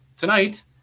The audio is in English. Tonight